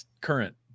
current